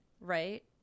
Right